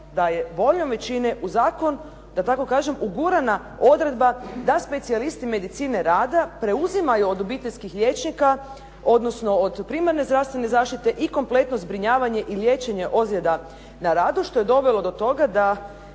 da je voljom većine u zakon, da tako kažem, ugurana odredba da specijalisti medicine rada preuzimaju od obiteljskih liječnika, odnosno od primarne zdravstvene zaštite i kompletno zbrinjavanje i liječenje ozljeda na radu što je dovelo do toga da